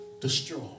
destroy